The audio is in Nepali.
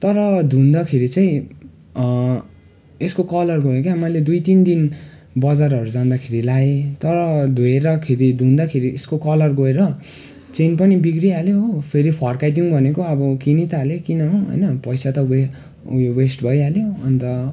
तर धुँदाखेरि चाहिँ यसको कलर गयो क्या मैले दुई तिन दिन बजारहरू जाँदाखेरि लगाएँ तर धोएरखेरि धुँदाखेरि यसको कलर गएर चेन पनि बिग्रिहाल्यो हो फेरि फर्काइदिउँ भनेको अब किनी त हालेँ किन हो होइन पैसा त वे उयो वेस्ट भइहाल्यो अन्त